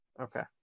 Okay